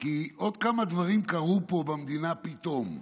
כי עוד כמה דברים קרו פה במדינה פתאום: